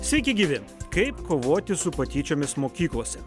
sveiki gyvi kaip kovoti su patyčiomis mokyklose